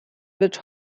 wird